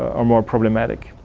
are more problematic.